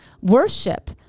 worship